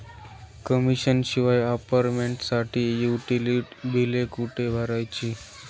Commission शिवाय अपार्टमेंटसाठी utility बिले कुठे भरायची?